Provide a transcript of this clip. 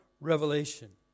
revelation